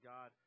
God